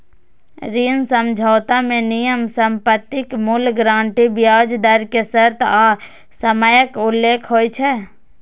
ऋण समझौता मे नियम, संपत्तिक मूल्य, गारंटी, ब्याज दर के शर्त आ समयक उल्लेख होइ छै